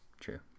True